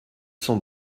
cent